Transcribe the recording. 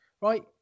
right